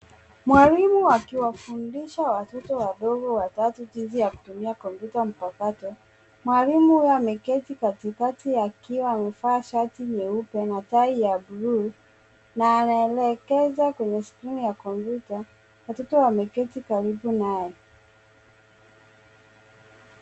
Mwalimu akiwafundisha watoto wadogo watatu jinsi ya kutumia kompyuta mpakato. Mwalimu huyu ameketi katikati akiwa amevaa shati nyeupe na tai ya buluu, na anaelekeza kwenye skrini ya kompyuta. Watoto wameketi karibu naye.